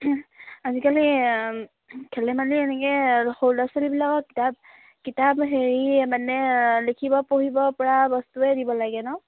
আজিকালি খেল ধেমালি এনেকৈ সৰু ল'ৰা ছোৱালীবিলাকৰ কিতাপ কিতাপ হেৰি মানে লিখিব পঢ়িব পৰা বস্তুৱে দিব লাগে ন